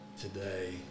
today